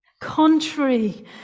contrary